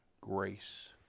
grace